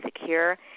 secure